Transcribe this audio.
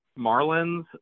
Marlins